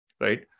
right